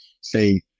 say